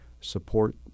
support